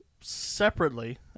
separately